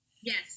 Yes